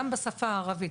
גם בשפה הערבית.